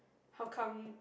how come